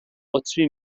قطبی